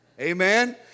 Amen